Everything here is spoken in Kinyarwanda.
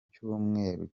cyumweru